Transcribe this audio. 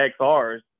XRs